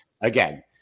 again